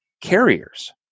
carriers